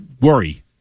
worry